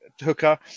Hooker